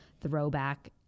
throwback